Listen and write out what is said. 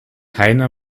heiner